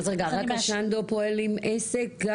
רק השנדו פועל עם עסק?